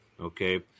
Okay